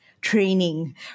training